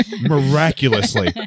miraculously